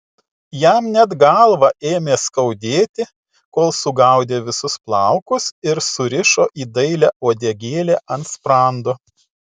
jam net galvą ėmė skaudėti kol sugaudė visus plaukus ir surišo į dailią uodegėlę ant sprando